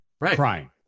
crying